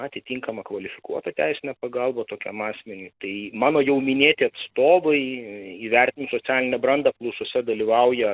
atitinkamą kvalifikuotą teisinę pagalbą tokiam asmeniui tai mano jau minėti atstovai įvertinus socialinę brandą apklausose dalyvauja